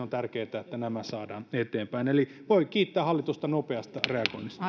on tärkeätä että nämä saadaan eteenpäin eli voi kiittää hallitusta nopeasta reagoinnista